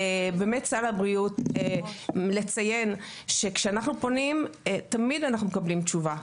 אני רוצה לציין שכשאנחנו פונים תמיד אנחנו מקבלים תשובה.